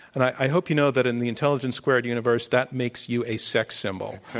and i hope you know that in the intelligence squared universe that makes you a sex symbol.